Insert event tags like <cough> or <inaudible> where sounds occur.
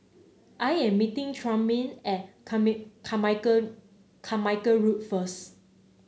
I am meeting Trumaine at <unintelligible> Carmichael Carmichael Road first